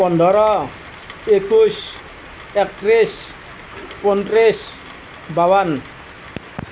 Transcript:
পোন্ধৰ একৈছ একত্ৰিছ ঊনত্ৰিছ বাৱন